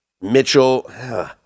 Mitchell